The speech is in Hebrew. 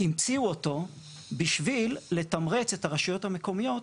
המציאו אותו בשביל לתמרץ את הרשויות המקומיות